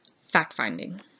fact-finding